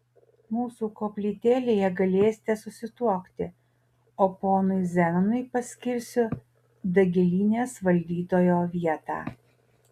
mūsų koplytėlėje galėsite susituokti o ponui zenonui paskirsiu dagilynės valdytojo vietą